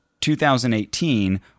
2018